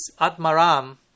Atmaram